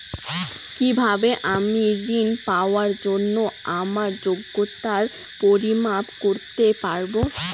কিভাবে আমি ঋন পাওয়ার জন্য আমার যোগ্যতার পরিমাপ করতে পারব?